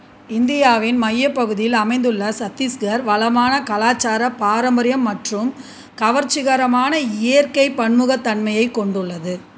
இந்தியாவின் மையப்பகுதியில் அமைந்துள்ள சத்தீஸ்கர் வளமான கலாச்சார பாரம்பரியம் மற்றும் கவர்ச்சிகரமான இயற்கை பன்முகத்தன்மையைக் கொண்டுள்ளது